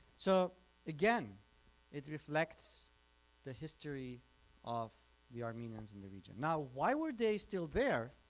so again it reflects the history of the armenians in the region. now why were they still there